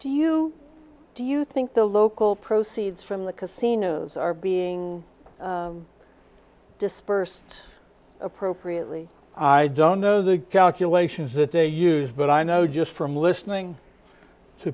you do you think the local proceeds from the casinos are being dispersed appropriately i don't know the calculations that they used but i know just from listening to